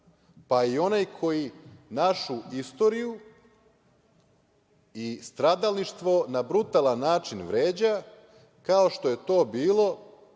pa i onaj koji našu istoriju i stradalništvo na brutalan način vređa, kao što je to bilo